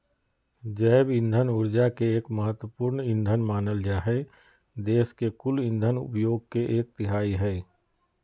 जैव इंधन ऊर्जा के एक महत्त्वपूर्ण ईंधन मानल जा हई देश के कुल इंधन उपयोग के एक तिहाई हई